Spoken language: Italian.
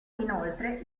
inoltre